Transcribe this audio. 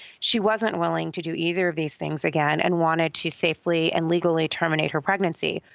she wasn't willing to do either of these things again and wanted to safely and legally terminate her pregnancy.